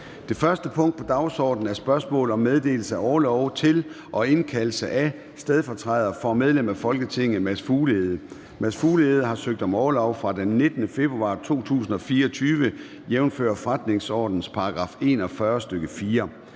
Det første punkt på dagsordenen er: 1) Spørgsmål om meddelelse af orlov til og indkaldelse af stedfortræder for medlem af Folketinget Mads Fuglede (V). Kl. 10:01 Formanden (Søren Gade): Mads Fuglede (V) har søgt om orlov fra den 19. februar 2024, jf. forretningsordenens § 41, stk. 4.